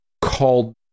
called